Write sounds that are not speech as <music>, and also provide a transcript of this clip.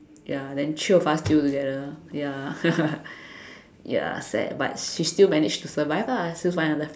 ya then three of us still together ya <laughs> ya sad but she still managed to survive lah still find another